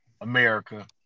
America